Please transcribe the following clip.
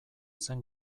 zen